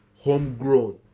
homegrown